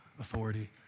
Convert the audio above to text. authority